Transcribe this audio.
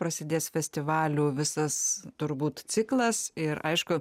prasidės festivalių visas turbūt ciklas ir aišku